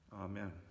Amen